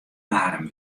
waarm